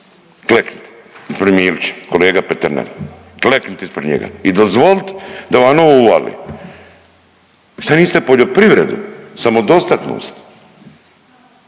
klekli ispred Milića kolega Peternel kleknit ispred njega i dozvolit da vam ovo uvali. Šta niste poljoprivredu, samodostatnost,